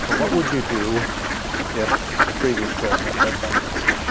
what would you do if the previous president had done this.